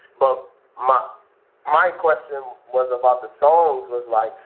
but my my question, was about the songs, was like,